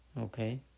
Okay